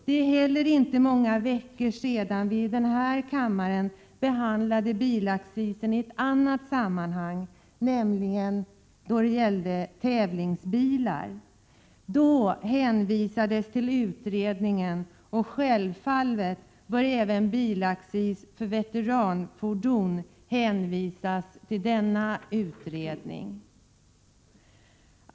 Det är inte många veckor sedan vi i denna kammare behandlade bilaccisen i ett annat sammanhang, nämligen bilaccisen för tävlingsbilar. Då hänvisades till pågående utredning. Självfallet kan man även i detta fall hänvisa till denna utredning.